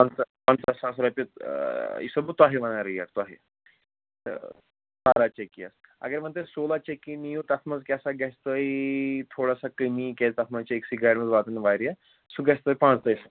پَنژاہ پَنٛژاہ ساس رۄپیہِ تہٕ یہِ چھُسو بہٕ تۄہہِ وَنان ریٹ تۄہہِ تہٕ بارہ چٔکی یَس اگر وۅنۍ تُہۍ سولا چٔکی نِیِو تَتھ منٛز کیٛاہ سا گژھِ تۄہہِ تھوڑا سا کٔمی کیٛازِ تَتھ منٛز چھِ أکسٕے گاڑِ منٛز واتان واریاہ سُہ گژھِ تۄہہِ پٲنٛژتٲج